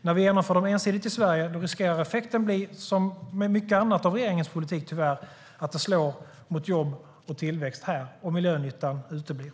När vi genomför dem ensidigt i Sverige riskerar effekten att bli - som med mycket annat av regeringens politik, tyvärr - att det slår mot jobb och tillväxt här och att miljönyttan uteblir.